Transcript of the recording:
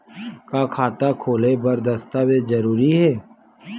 का खाता खोले बर दस्तावेज जरूरी हे?